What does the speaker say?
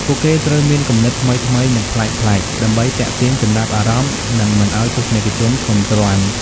ពួកគេត្រូវមានគំនិតថ្មីៗ និងប្លែកៗដើម្បីទាក់ទាញចំណាប់អារម្មណ៍ និងមិនឱ្យទស្សនិកជនធុញទ្រាន់។